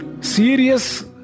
serious